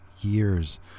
years